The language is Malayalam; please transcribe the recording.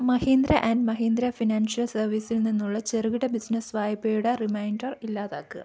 മഹീന്ദ്ര ആൻഡ് മഹീന്ദ്ര ഫിനാൻഷ്യൽ സർവീസിൽ നിന്നുള്ള ചെറുകിട ബിസിനസ്സ് വായ്പയുടെ റിമൈൻഡർ ഇല്ലാതാക്കുക